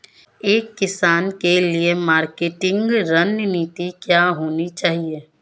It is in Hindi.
एक किसान के लिए मार्केटिंग रणनीति क्या होनी चाहिए?